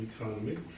economy